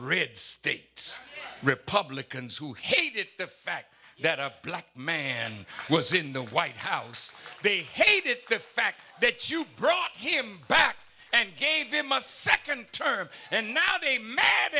red state republicans who hated the fact that up black man was in the white house they hated the fact that you brought him back and gave him a second term and now they mad